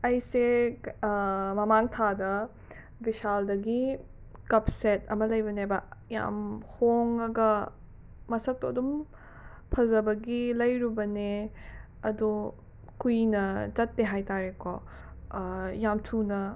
ꯑꯩꯁꯦ ꯃꯃꯥꯡ ꯊꯥꯗ ꯕꯤꯁꯥꯜꯗꯒꯤ ꯀꯞ ꯁꯦꯠ ꯑꯃ ꯂꯩꯕꯅꯦꯕ ꯌꯥꯝ ꯍꯣꯡꯉꯒ ꯃꯁꯛꯇꯣ ꯑꯗꯨꯝ ꯐꯖꯕꯒꯤ ꯂꯩꯔꯨꯕꯅꯦ ꯑꯗꯣ ꯀꯨꯏꯅ ꯆꯠꯇꯦ ꯍꯥꯏꯇꯥꯔꯦꯀꯣ ꯌꯥꯝ ꯊꯨꯅ